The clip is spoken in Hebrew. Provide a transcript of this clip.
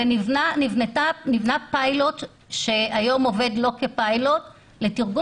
ונבנה פיילוט שעובד היום לא כפיילוט לתרגום